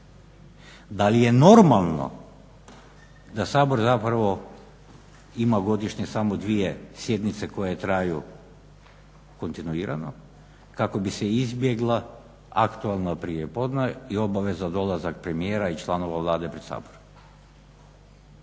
Da li je normalno da Sabor zapravo ima godišnje samo dvije sjednice koje traju kontinuirano kako bi se izbjeglo aktualno prijepodne i obavezan dolazak premijera i članova Vlade pred Sabor?